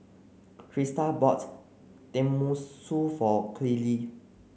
Kristal bought Tenmusu for Coley